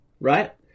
right